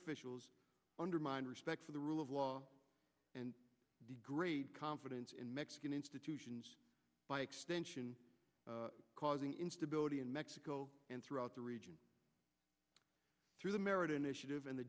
officials undermine respect for the rule of law and the great confidence in mexican institutions by extension causing instability in mexico and throughout the region through the merit initiative and the